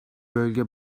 bölge